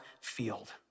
field